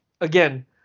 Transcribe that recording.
again